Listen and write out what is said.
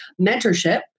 mentorship